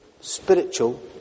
spiritual